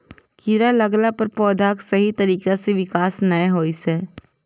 कीड़ा लगला पर पौधाक सही तरीका सं विकास नै होइ छै